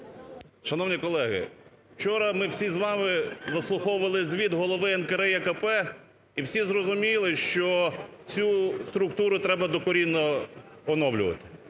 Шановні колеги, вчора ми всі з вами заслуховували звіт голови НКРЕКП, і всі зрозуміли, що цю структуру треба докорінно оновлювати,